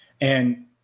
And-